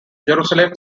jerusalem